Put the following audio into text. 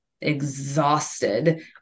exhausted